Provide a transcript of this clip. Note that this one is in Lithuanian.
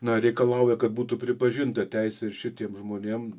na reikalauja kad būtų pripažinta teisė ir šitiem žmonėm